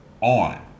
on